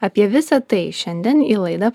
apie visa tai šiandien į laidą